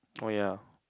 oh yeah